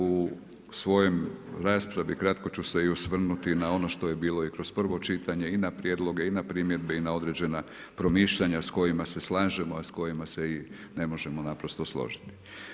U svojoj raspravi kratko ću se i osvrnuti i na ono što je bilo i kroz prvo čitanje i na prijedloge i na primjedbe i na određena promišljanja sa kojima se slažemo, a sa kojima se ne možemo naprosto složiti.